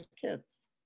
kids